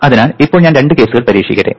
അതിനാൽ ഇപ്പോൾ ഞാൻ രണ്ട് കേസുകൾ പരീക്ഷിക്കട്ടെ